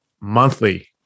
monthly